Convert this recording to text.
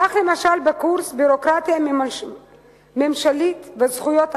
כך, למשל, בקורס "ביורוקרטיה ממשלית וזכויות אדם"